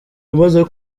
wamaze